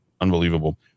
unbelievable